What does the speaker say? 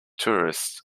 tourists